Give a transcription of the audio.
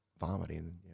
vomiting